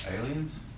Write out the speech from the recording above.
aliens